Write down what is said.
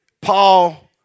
Paul